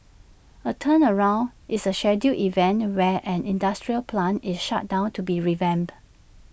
A turnaround is A scheduled event where an industrial plant is shut down to be revamped